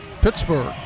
Pittsburgh